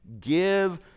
Give